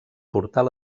portal